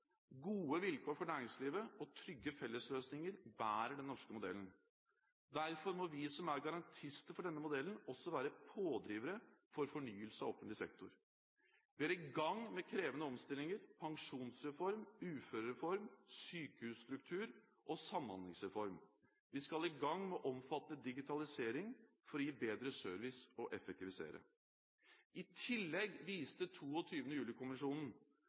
Gode vilkår for næringslivet og trygge fellesløsninger bærer den norske modellen. Derfor må vi som er garantister for denne modellen, også være pådrivere for fornyelse av offentlig sektor. Vi er i gang med krevende omstillinger: pensjonsreform, uførereform, sykehusstruktur og samhandlingsreform. Vi skal i gang med omfattende digitalisering for å gi bedre service og effektivisere. I tillegg viste